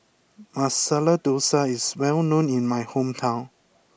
Masala Dosa is well known in my hometown